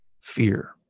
fear